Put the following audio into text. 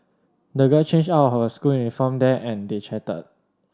the girl changed out of her school uniform there and they chatted